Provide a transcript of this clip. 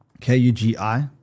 K-U-G-I